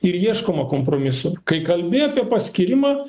ir ieškoma kompromisų kai kalbi apie paskyrimą